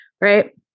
right